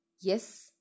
yes